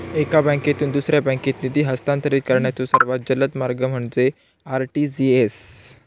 एका बँकेतून दुसऱ्या बँकेत निधी हस्तांतरित करण्याचो सर्वात जलद मार्ग म्हणजे आर.टी.जी.एस